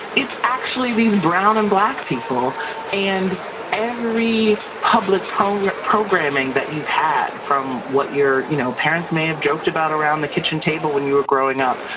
it's actually these brown and black people and every public programming programming that you've had, from what your you know parents may have joked about around the kitchen table when you were growing up,